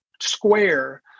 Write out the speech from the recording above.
square